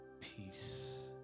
peace